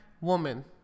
woman